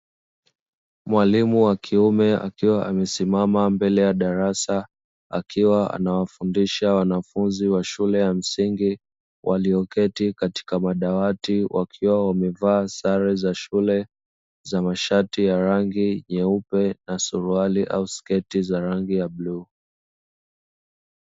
Mwalimu wa kiume akiwa amesimama mbele ya darasa akiwa anawafundisha wanafunzi wa shule ya msingi, walioketi katika madawati wakiwa wamevaa sare za shule za mashati ya rangi nyeupe na suruali au sketi za rangi ya bluu.